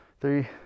three